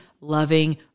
loving